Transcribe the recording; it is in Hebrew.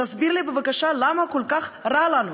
תסביר לי בבקשה למה כל כך רע לנו?